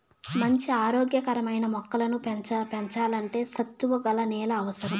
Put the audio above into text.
మంచి ఆరోగ్య కరమైన మొక్కలను పెంచల్లంటే సత్తువ గల నేల అవసరం